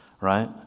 right